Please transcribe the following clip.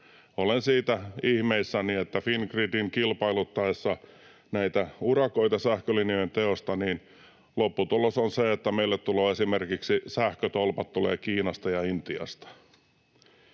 Olen siitä ihmeissäni, että Fingridin kilpailuttaessa näitä urakoita sähkölinjojen teosta lopputulos on se, että meille esimerkiksi sähkötolpat tulevat Kiinasta ja Intiasta.